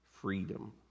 freedom